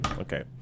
okay